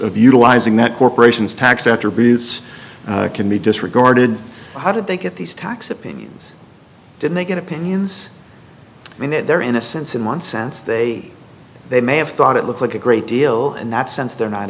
of utilizing that corporation's tax attributes can be disregarded how did they get these tax opinions did they get opinions i mean that their innocence in one sense they they may have thought it looked like a great deal in that sense they're not